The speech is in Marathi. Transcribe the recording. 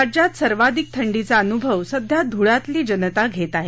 राज्यात सर्वाधिक थंडीचा अनुभव सध्या धुळ्यातली जनता घेत आहे